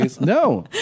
No